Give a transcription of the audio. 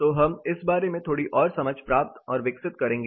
तो हम इस बारे में थोड़ी और समझ प्राप्त और विकसित करेंगे